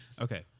Okay